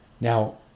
Now